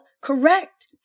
correct